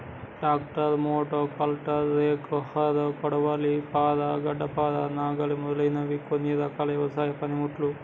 tractor, motocultor, rake, harrow, కొడవలి, పార, గడ్డపార, నాగలి మొదలగునవి కొన్ని రకాల వ్యవసాయ పనిముట్లు